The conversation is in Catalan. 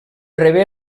rebé